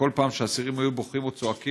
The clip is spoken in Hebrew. ובכל פעם שהאסירים היו בוכים או צועקים,